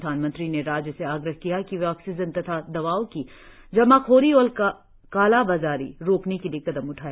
प्रधानमंत्री ने राज्यों से आग्रह किया कि वे ऑक्सीजन तथा दवाओं की जमाखोरी और कालाबाजारी रोकने के लिए कदम उठाएं